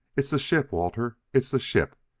it's the ship, walter! it's the ship!